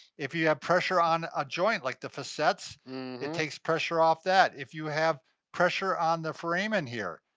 if you have pressure on a joint like the facets, it takes pressure off that. if you have pressure on the foramen here.